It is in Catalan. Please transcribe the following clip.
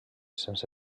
sense